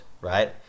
right